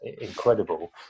incredible